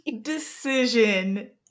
decision